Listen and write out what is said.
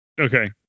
Okay